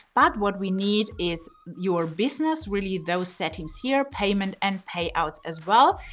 but what we need is your business really those settings here payments and payouts as well.